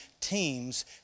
teams